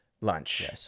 lunch